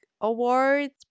awards